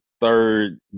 third